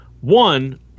One